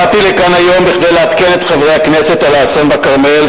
באתי לכאן היום כדי לעדכן את חברי הכנסת על האסון בכרמל,